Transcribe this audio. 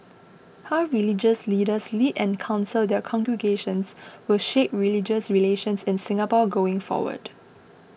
how religious leaders lead and counsel their congregations will shape religious relations in Singapore going forward